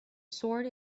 sword